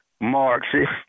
Marxist